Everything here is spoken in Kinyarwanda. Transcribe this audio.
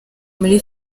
muri